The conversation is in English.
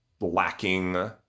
lacking